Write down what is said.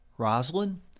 Rosalind